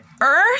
earth